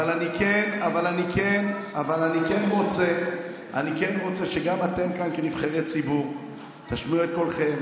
אבל אני כן רוצה שגם אתם כאן כנבחרי ציבור תשמיעו את קולכם